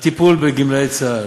הטיפול בגמלאי צה"ל,